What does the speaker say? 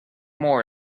more